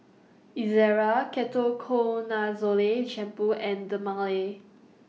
Ezerra Ketoconazole Shampoo and Dermale